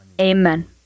Amen